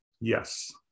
Yes